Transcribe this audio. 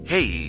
Hey